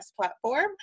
platform